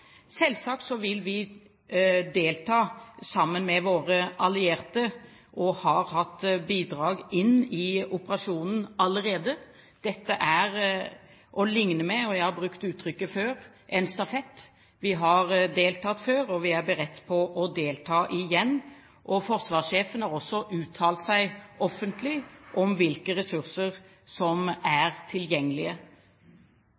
Selvsagt vil vi delta sammen med våre allierte, og vi har hatt bidrag inn i operasjonen allerede. Dette er å sammenligne med – jeg har brukt uttrykket før – en stafett. Vi har deltatt før, og vi er beredt på å delta igjen. Forsvarssjefen har også uttalt seg offentlig om hvilke ressurser som